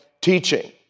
teaching